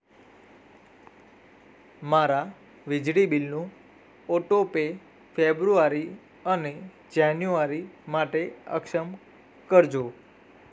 મારા વીજળી બીલનું ઓટો પે ફેબ્રુઆરી અને જાન્યુઆરી માટે અક્ષમ કરજો